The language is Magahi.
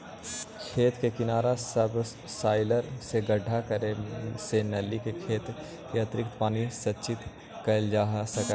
खेत के किनारा सबसॉइलर से गड्ढा करे से नालि में खेत के अतिरिक्त पानी संचित कइल जा सकऽ हई